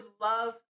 love